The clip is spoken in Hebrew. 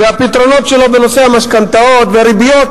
והפתרונות שלו בנושא המשכנתאות והריביות